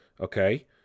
Okay